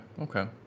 okay